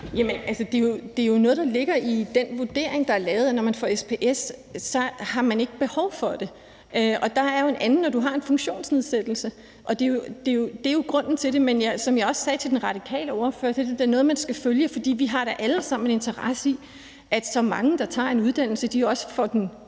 (V): Det er jo noget, der ligger i den vurdering, der er lavet: at når man får SPS, har man ikke behov for det. Der er jo noget andet, når du har en funktionsnedsættelse. Det er jo grunden til det. Men som jeg også sagde til den radikale ordfører, er det da noget, man skal følge, for vi har da alle sammen en interesse i, at så mange som muligt, der tager en uddannelse, også får den